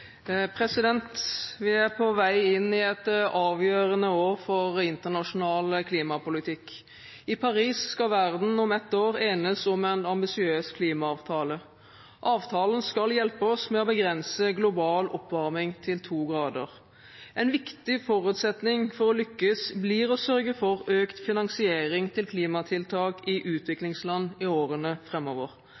Vi er på vei inn i et avgjørende år for internasjonal klimapolitikk. I Paris skal verden om ett år enes om en ambisiøs klimaavtale. Avtalen skal hjelpe oss med å begrense global oppvarming til to grader. En viktig forutsetning for å lykkes blir å sørge for økt finansiering til klimatiltak i utviklingsland i årene